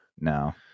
No